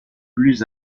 plus